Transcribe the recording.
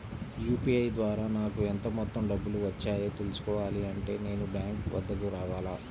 UPI ద్వారా నాకు ఎంత మొత్తం డబ్బులు వచ్చాయో తెలుసుకోవాలి అంటే నేను బ్యాంక్ వద్దకు రావాలా?